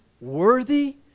worthy